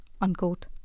unquote